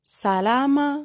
salama